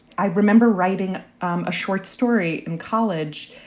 i remember writing um a short story in college,